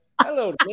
hello